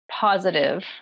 positive